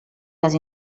les